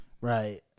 Right